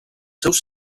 seus